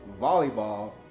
Volleyball